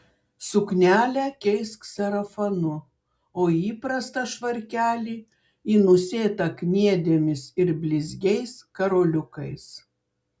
suknelę keisk sarafanu o įprastą švarkelį į nusėtą kniedėmis ir blizgiais karoliukais